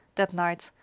that night,